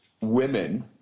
women